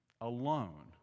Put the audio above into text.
alone